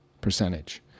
percentage